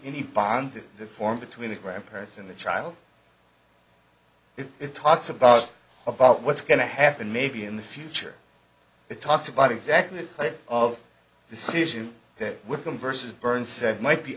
any bond that the form between the grandparents and the child it talks about about what's going to happen maybe in the future it talks about exactly of decision that will come versus burns said might be